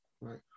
right